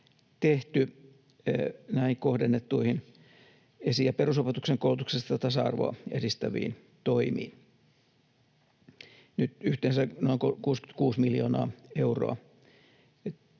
tehty näihin kohdennettuihin esi- ja perusopetuksen koulutuksellista tasa-arvoa edistäviin toimiin. Nyt yhteensä noin 66 miljoonaa euroa